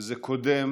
וזה קודם